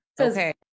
Okay